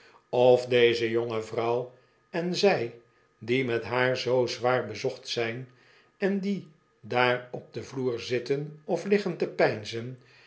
of deze jonge vrouw en zij die met haar zoo zwaar bezocht zijn en die daar op den vloer zitten of liggen te